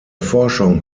forschung